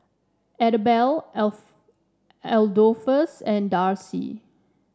Idabelle Adolphus and Darci